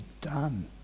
done